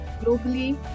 globally